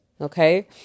Okay